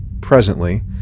presently